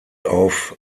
auf